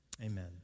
Amen